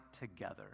together